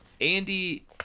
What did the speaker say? Andy